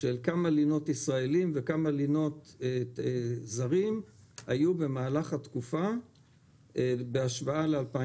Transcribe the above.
על כמה לינות ישראלים וכמה לינות זרים היו במהלך התקופה בהשוואה ל-2019.